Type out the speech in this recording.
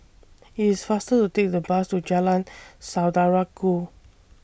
IT IS faster to Take The Bus to Jalan Saudara Ku